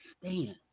stand